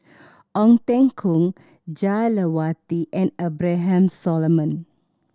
Ong Teng Koon Jah Lelawati and Abraham Solomon